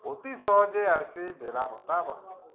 অতি সহজে আসে বাঁধতে